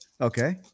Okay